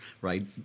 right